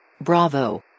Bravo